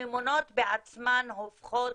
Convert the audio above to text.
הממונות בעצמן הופכות